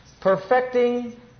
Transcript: perfecting